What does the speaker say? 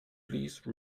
please